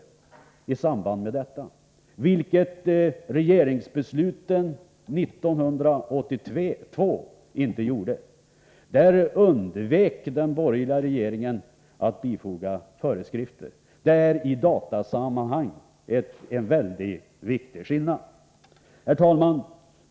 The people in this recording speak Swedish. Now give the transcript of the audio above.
Det skedde inte i anslutning till regeringsbeslutet 1982. Då undvek den borgerliga regeringen att utfärda föreskrifter. Det är i datasammanhang en mycket viktig skillnad. Herr talman!